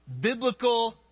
biblical